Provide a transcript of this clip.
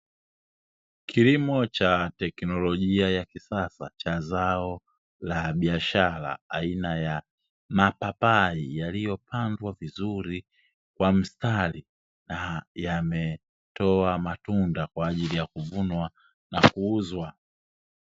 Kilimo cha teknolojia ya kisasa, cha zao la biashara aina ya mapapai yaliyopandwa vizuri kwa mstari na yametoa matunda kwa ajili ya kuvunwa na kuuzwa.